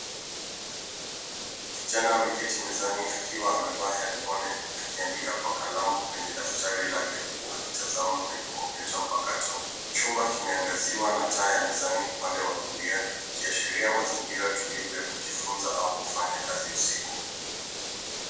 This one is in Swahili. Kijana ameketi mezani akiwa amevaa hedifoni, akiandika kwa kalamu kwenye daftari lake huku akitazama kwenye kompyuta mpakato. Chumba kimeangaziwa na taa ya mezani upande wa kulia, likiashiria mazingira tulivu ya kijifunza au kufanya kazi usiku.